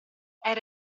era